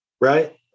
right